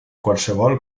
qualsevol